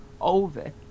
over